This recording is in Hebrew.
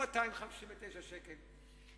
259 שקל,